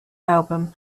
album